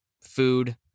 food